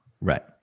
Right